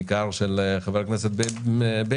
בעיקר של חבר הכנסת בליאק,